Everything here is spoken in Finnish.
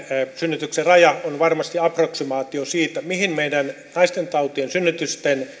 synnytyksen raja on varmasti approksimaatio siitä mihin meidän naistentautien synnytysten